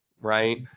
right